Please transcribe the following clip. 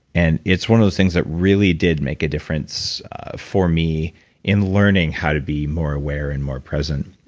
and it's one of those things that really did make a difference for me in learning how to be more aware and more present.